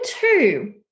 two